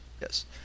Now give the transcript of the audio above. Yes